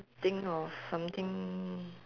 think of something